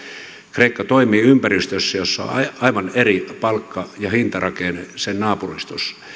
kreikka toimii ympäristössä jossa on aivan eri palkka ja hintarakenne sen naapurustossa